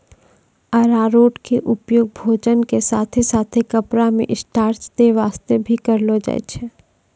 अरारोट के उपयोग भोजन के साथॅ साथॅ कपड़ा मॅ स्टार्च दै वास्तॅ भी करलो जाय छै